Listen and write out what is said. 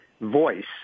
voice